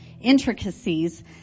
Intricacies